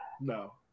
No